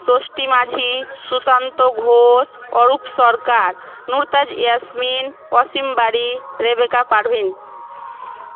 Shashthi Majhi Sushanta Ghosh Arup Sarkar Nurtaj Yasmin Asim Bari Rebeka Parveen